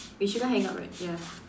we shouldn't hang up right ya